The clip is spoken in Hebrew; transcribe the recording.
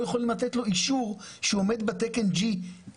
לא יכולים לתת לו אישור שהוא עומד בתקן GEU,